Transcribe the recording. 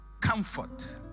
comfort